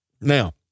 Now